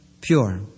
pure